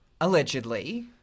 allegedly